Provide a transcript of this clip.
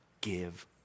give